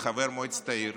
חבר מועצת העיר